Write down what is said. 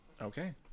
okay